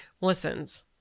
listens